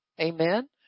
Amen